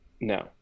No